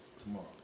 tomorrow